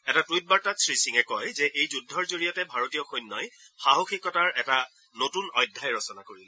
এটা টুইট বাৰ্তাত শ্ৰীসিঙে কয় যে এই যুদ্ধৰ জৰিয়তে ভাৰতীয় সৈন্যই সাহসিকতাৰ এটা নতুন অধ্যায় ৰচনা কৰিলে